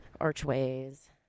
archways